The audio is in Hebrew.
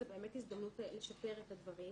זו באמת הזדמנות לשפר את הדברים